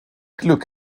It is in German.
glück